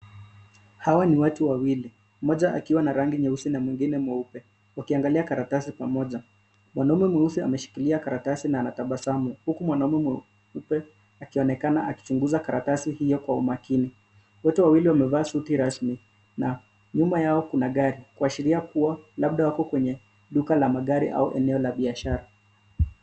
Hawa ni watu wawili moja akiwa na rangi nyeusi na mwingine mweupe wakiangalia karatasi pamoja, mwanaume mweusi ameshikilia karatasi na anatabasamu huku mwanamume akionekana akichunguza karatasi hiyo kwa umakini ,wote wawili wamevaa suti rasmi na nyuma yao kuna gari kuashiria kuwa labda wako kwenye duka la magari au eneo la biashara.